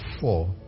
four